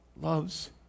loves